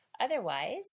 Otherwise